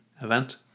event